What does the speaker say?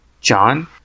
John